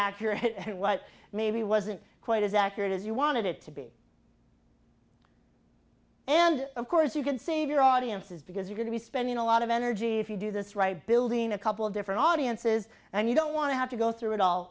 accurate what may be wasn't quite as accurate as you wanted it to be and of course you can save your audiences because you're going to be spending a lot of energy if you do this right building a couple of different audiences and you don't want to have to go through it all